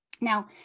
Now